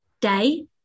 day